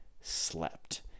slept